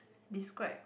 describe